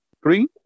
Green